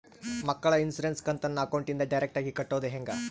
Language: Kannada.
ಮಕ್ಕಳ ಇನ್ಸುರೆನ್ಸ್ ಕಂತನ್ನ ಅಕೌಂಟಿಂದ ಡೈರೆಕ್ಟಾಗಿ ಕಟ್ಟೋದು ಹೆಂಗ?